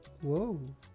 whoa